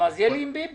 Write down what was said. אז יהיה לי עם ביבי,